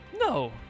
no